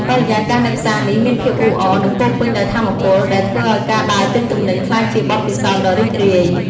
បរិយាកាសនៅផ្សារនេះមានភាពអ៊ូអរ និងពោរពេញដោយថាមពល ដែលធ្វើឱ្យការដើរទិញទំនិញក្លាយជាបទពិសោធន៍ដ៏រីករាយ។